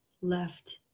left